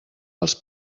els